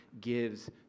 gives